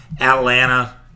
Atlanta